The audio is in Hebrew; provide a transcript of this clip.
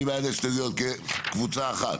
מי בעד ההסתייגויות, כקבוצה אחת?